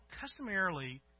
customarily